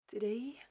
Today